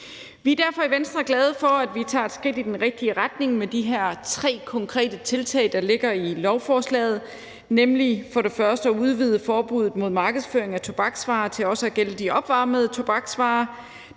er derfor glade for, at vi tager et skridt i den rigtige retning med de her tre konkrete tiltag, der ligger i lovforslaget, nemlig for det første at udvide forbuddet mod markedsføring af tobaksvarer til også at gælde de opvarmede tobaksvarer.